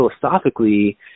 philosophically